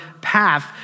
path